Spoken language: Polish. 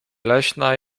leśna